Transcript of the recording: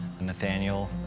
Nathaniel